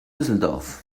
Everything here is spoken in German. düsseldorf